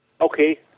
Okay